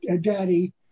daddy